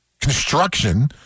construction